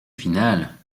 finale